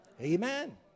Amen